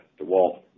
DeWalt